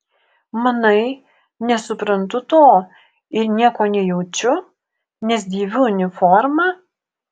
manai nesuprantu to ir nieko nejaučiu nes dėviu uniformą